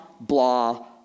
blah